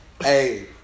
hey